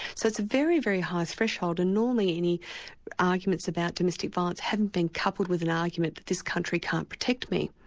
so it's a very, very harsh threshold, and normally any arguments about domestic violence haven't been coupled with an argument that this country can't protect me.